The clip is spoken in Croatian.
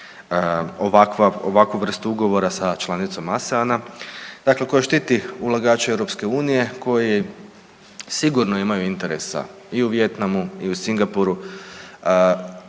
ovakvu vrstu ugovora sa članicom ASEAN-a. Dakle, koja štiti ulagače EU koji sigurno imaju interesa i u Vijetnamu i u Singapuru,